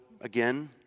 again